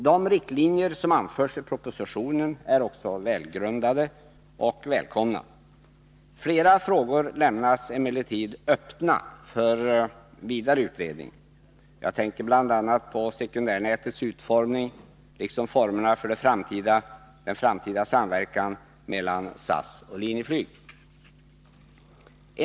De riktlinjer som anförs i propositionen är också välgrundade och välkomna. Flera frågor lämnas emellertid öppna för vidare utredning. Jag tänker bl.a. på sekundärnätets utformning, liksom på formerna för en framtida samverkan mellan SAS och Linjeflyg.